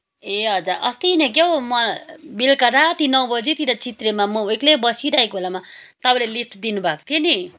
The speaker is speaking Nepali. ए हजुर अस्ति नै के हो म बेलुका राति नौ बजीतिर चित्रेमा म एक्लै बसिरहेको बेलामा तपाईँले लिफ्ट दिनुभएको थियो नि